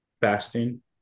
fasting